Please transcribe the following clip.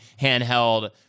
handheld